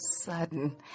sudden